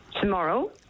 tomorrow